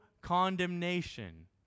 condemnation